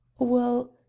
well,